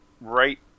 right